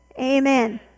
Amen